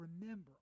remember